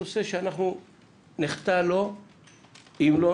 נושא שאנחנו נחטא לו אם לא